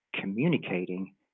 communicating